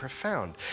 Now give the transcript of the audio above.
profound